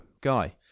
Guy